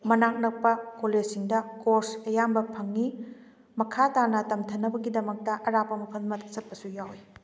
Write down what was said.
ꯃꯅꯥꯛ ꯅꯛꯄ ꯀꯣꯂꯦꯖꯁꯤꯡꯗ ꯀꯣꯔꯁ ꯑꯌꯥꯝꯕ ꯐꯪꯉꯤ ꯃꯈꯥ ꯇꯥꯅ ꯇꯝꯊꯅꯕꯒꯤꯗꯃꯛꯇ ꯑꯔꯥꯞꯄ ꯃꯐꯝ ꯑꯃꯗ ꯆꯠꯄꯁꯨ ꯌꯥꯎꯏ